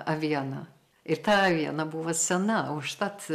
avieną ir ta aviena buvo sena užtat